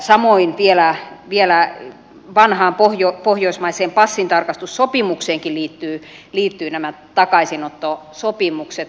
samoin vielä vanhaan pohjoismaiseen passintarkastussopimukseenkin liittyvät nämä takaisinottosopimukset